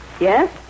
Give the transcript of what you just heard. Yes